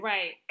Right